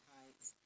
Heights